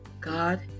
God